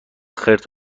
خرت